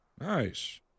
Nice